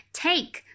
take